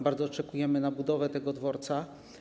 Bardzo oczekujemy na budowę tego dworca.